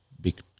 big